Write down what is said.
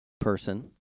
person